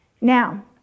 now